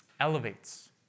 Elevates